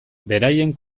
beraien